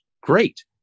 Great